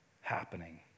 happening